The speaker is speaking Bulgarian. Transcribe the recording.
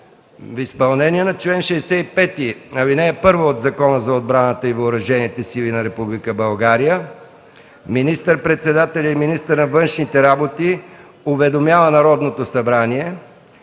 В изпълнение на чл. 65, ал. 1 от Закона за отбраната и Въоръжените сили на Република България министър-председателят и министър на външните работи уведомява Народното събрание,